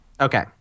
Okay